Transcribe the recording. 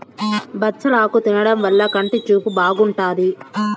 బచ్చలాకు తినడం వల్ల కంటి చూపు బాగుంటాది